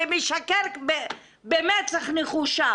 ומשקר במצח נחושה.